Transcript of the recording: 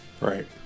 Right